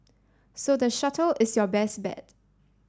so the shuttle is your best bet